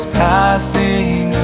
passing